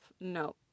No